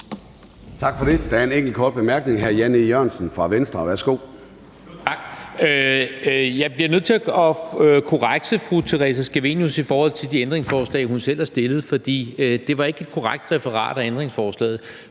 Tak for det. Der er en enkelt kort bemærkning. Hr. Jan E. Jørgensen fra Venstre. Værsgo. Kl. 10:06 Jan E. Jørgensen (V): Tak. Jeg bliver nødt til at korrekse fru Theresa Scavenius i forhold til de ændringsforslag, hun selv har stillet, for det var ikke et korrekt referat af ændringsforslagene.